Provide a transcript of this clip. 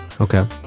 Okay